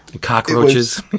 cockroaches